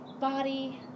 body